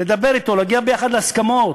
לדבר אתו, להגיע יחד להסכמות.